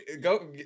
Go